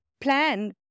plan